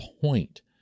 point